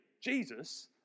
Jesus